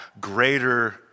greater